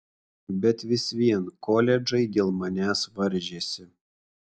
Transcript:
bet vis vien koledžai dėl manęs varžėsi